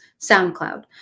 SoundCloud